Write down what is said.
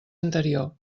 anterior